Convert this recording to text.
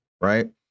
right